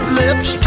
lips